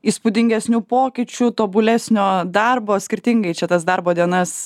įspūdingesnių pokyčių tobulesnio darbo skirtingai čia tas darbo dienas